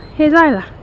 here's isla,